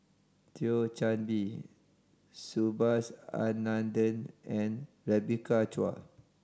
Thio Chan Bee Subhas Anandan and Rebecca Chua